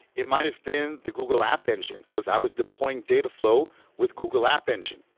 it might have been the google app engine, because i was deploying data flow with google app engine.